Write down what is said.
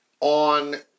On